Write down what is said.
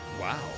Wow